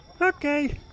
Okay